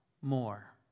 more